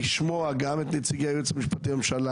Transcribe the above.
לשמוע גם את נציגי היועץ המשפטי לממשלה,